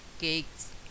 cakes